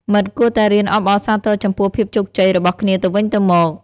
មិត្តគួរតែរៀនអបអរសាទរចំពោះភាពជោគជ័យរបស់គ្នាទៅវិញទៅមក។